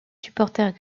supporters